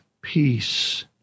peace